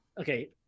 okay